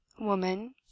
woman